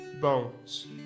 bones